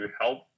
help